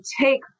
take